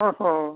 ᱦᱮᱸ ᱦᱮᱸ